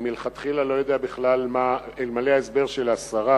אלמלא ההסבר של השרה